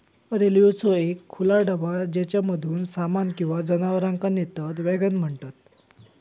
रेल्वेचो एक खुला डबा ज्येच्यामधसून सामान किंवा जनावरांका नेतत वॅगन म्हणतत